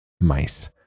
Mice